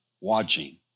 watching